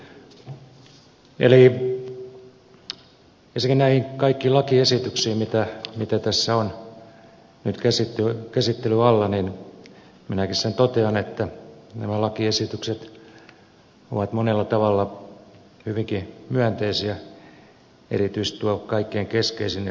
eli ensinnäkin kaikkiin näihin lakiesityksiin joita tässä on nyt käsittelyn alla minäkin sen totean että nämä lakiesitykset ovat monella tavalla hyvinkin myönteisiä erityisesti tuo kaikkein keskeisin eli riistanhallintolaki